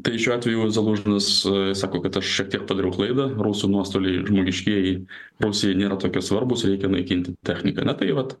tai šiuo atveju zalužinas sako kad aš šiek tiek padariau klaidą rusų nuostoliai žmogiškieji rusijai nėra tokie svarbūs reikia naikinti techniką na tai vat